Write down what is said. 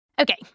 Okay